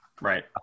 Right